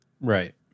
Right